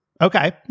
Okay